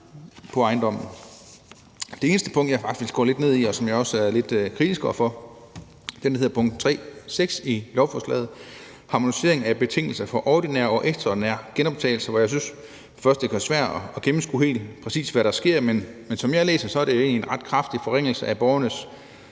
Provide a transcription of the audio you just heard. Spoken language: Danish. af ejendommen. Det eneste punkt, jeg faktisk vil gå lidt ned i, og som jeg også er lidt kritisk over for, er det, der hedder punkt 3.6 i bemærkningerne til lovforslaget, »Harmonisering af betingelserne for ordinær og ekstraordinær genoptagelse«, hvor jeg synes, at det kan være svært at gennemskue helt præcist, hvad der sker. Men som jeg læser det, er det egentlig en ret kraftig forringelse af borgernes